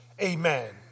Amen